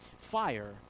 Fire